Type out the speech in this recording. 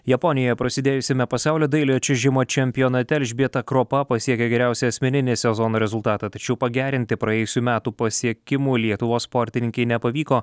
japonijoje prasidėjusiame pasaulio dailiojo čiuožimo čempionate elžbieta kropa pasiekė geriausią asmeninį sezono rezultatą tačiau pagerinti praėjusių metų pasiekimų lietuvos sportininkei nepavyko